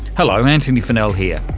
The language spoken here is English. hello, antony funnell here,